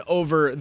over